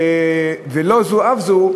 לא זו אף זו,